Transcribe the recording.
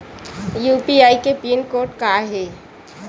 UPI के pin code का हे?